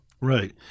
Right